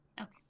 Okay